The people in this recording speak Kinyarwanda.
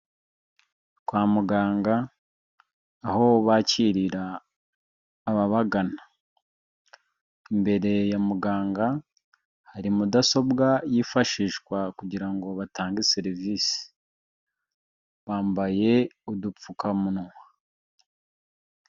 Kwa muganga aho bakirira ababagana, imbere ya muganga hari mudasobwa yifashishwa kugira ngo batange serivisi, bambaye udupfukamunwa.